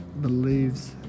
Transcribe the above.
Believes